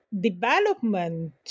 development